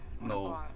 No